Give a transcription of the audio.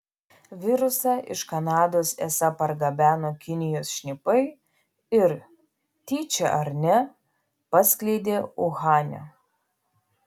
virusą iš kanados esą pargabeno kinijos šnipai ir tyčia ar ne paskleidė uhane